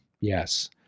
Yes